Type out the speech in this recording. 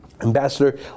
Ambassador